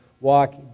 walk